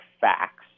facts